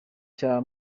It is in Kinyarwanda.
cya